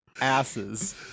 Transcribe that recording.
asses